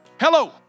Hello